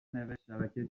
نوشتشبکه